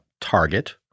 target